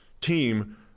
team